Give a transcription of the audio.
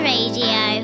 Radio